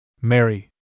Mary